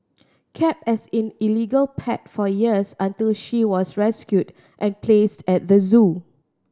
kept as in illegal pet for years until she was rescued and placed at the zoo